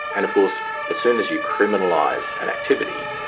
and of course as soon as you criminalise an activity,